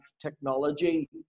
technology